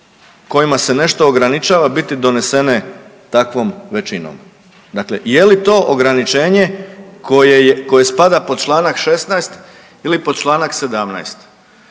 kojima se nešto ograničava biti donesene takvom većinom. Dakle je li to ograničenje koje spada pod čl. 16. ili pod čl. 17.